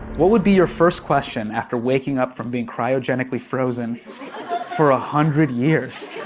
what would be your first question after waking up from being cryogenically frozen for a hundred years?